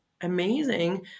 amazing